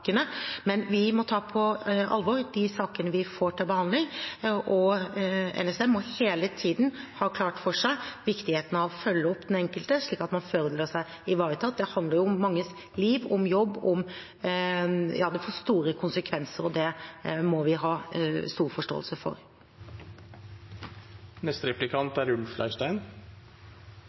Men vi må ta på alvor de sakene vi får til behandling, og NSM må hele tiden ha klart for seg viktigheten av å følge opp den enkelte, slik at man føler seg ivaretatt. Det handler om manges liv, om jobb, og det får store konsekvenser. Det må vi ha stor forståelse for. Jeg er veldig glad for at justisministeren er